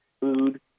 food